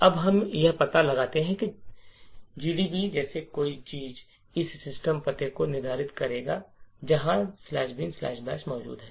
अब हमें यह पता लगाने की जरूरत है कि GDB जैसी कोई चीज हम सटीक पते को निर्धारित करते हैं जहां बिन बैश "binbash" मौजूद है